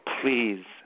please